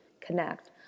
connect